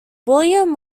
william